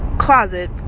closet